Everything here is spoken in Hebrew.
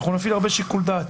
אנחנו נפעיל הרבה שיקול דעת.